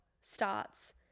starts